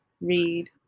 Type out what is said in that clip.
read